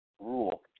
rule